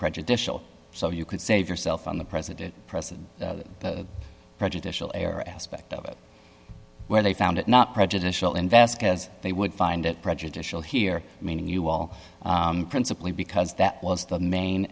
prejudicial so you could save yourself on the president president prejudicial air aspect of it where they found it not prejudicial invest because they would find it prejudicial here meaning you all principally because that was the main